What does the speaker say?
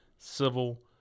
civil